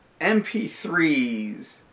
MP3s